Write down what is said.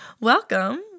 Welcome